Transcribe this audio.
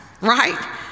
right